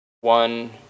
one